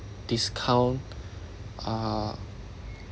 discount uh